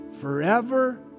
forever